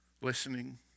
listening